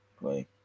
Right